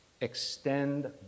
extend